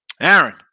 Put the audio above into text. Aaron